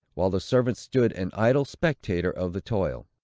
while the servant stood an idle spectator of the toil.